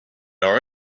our